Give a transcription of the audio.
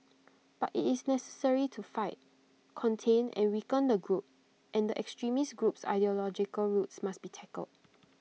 but IT is necessary to fight contain and weaken the group and the extremist group's ideological roots must be tackled